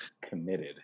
committed